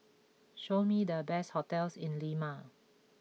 show me the best hotels in Lima